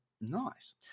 Nice